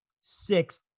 sixth